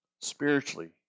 spiritually